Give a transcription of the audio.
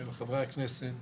של חברי הכנסת